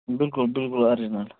بِلکُل بِلکُل آرجِنل